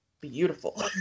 beautiful